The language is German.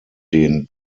den